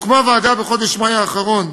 הוקמה ועדה בחודש מאי האחרון,